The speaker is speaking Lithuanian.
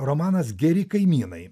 romanas geri kaimynai